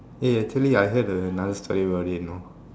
eh actually I heard another story about it you know